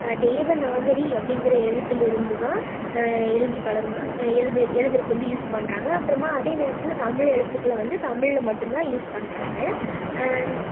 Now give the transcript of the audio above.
தேவநாகரி அப்டிங்கிற எழுத்துலேருந்துதான் எழுதி பழகினாங்க எழுது எழுதுறதுக்கு வந்து யூஸ் பண்ணுறாங்க அப்புறமா அதே நேரத்தில் தமிழ் எழுத்துக்களை வந்து தமிழில் மட்டுந்தான் யூஸ் பண்ணுறாங்க